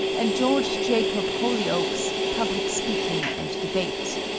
and george jacob holyoake's public speaking and debate.